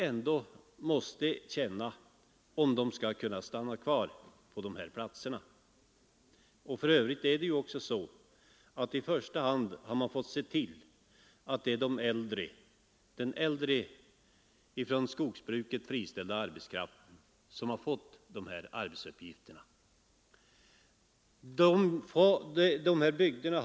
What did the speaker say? Ungdomen måste ha en sådan tro, om den skall kunna stanna kvar. För övrigt är det så att i första hand har den äldre från skogsbruket friställda arbetskraften fått de arbetsuppgifter som finns.